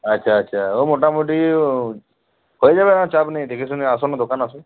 আচ্ছা আচ্ছা ও মোটামোটি ও হয়ে যাবে আ চাপ নেই দেখে শুনে আসুন না দোকানে আসুন